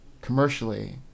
commercially